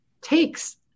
takes